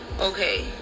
okay